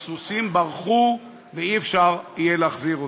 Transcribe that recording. הסוסים ברחו, ולא יהיה אפשר להחזיר אותם.